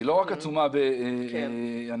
אנחנו